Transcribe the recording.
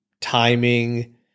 timing